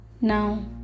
Now